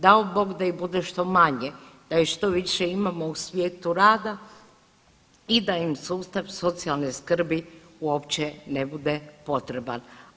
Dao Bog da ih bude što manje, da ih što više imamo u svijetu rada i da im sustav socijalne skrbi uopće ne bude potreban.